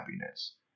happiness